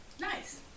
Nice